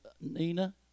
Nina